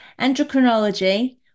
endocrinology